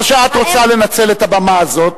מה שאת רוצה זה לנצל את הבמה הזאת,